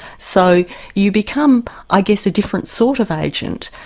so you become, i guess, a different sort of agent.